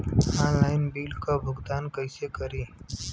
Online bill क भुगतान कईसे करी?